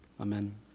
amen